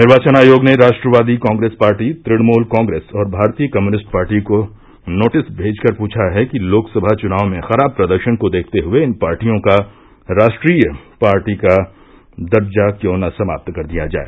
निर्वाचन आयोग ने राष्ट्रवादी कांग्रेस पार्टी तृणमूल कांग्रेस और भारतीय कम्यूनिस्ट पार्टी को नोटिस भेजकर पूछा है कि लोकसभा चुनाव में खराब प्रदर्शन को देखते हुए इन पार्टियों का राष्ट्रीय पार्टी का दर्जा क्यों न समाप्त कर दिया जाए